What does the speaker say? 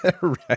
right